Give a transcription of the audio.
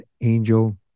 angel